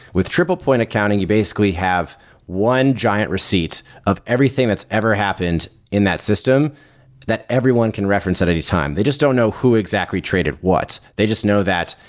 with triple point accounting, you basically have one giant receipt of everything that's ever happened in that system that everyone can reference at any time. they just don't know who exactly traded what. they just know that,